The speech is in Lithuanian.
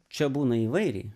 čia būna įvairiai